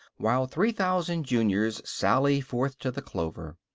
while three thousand juniors sally forth to the clover.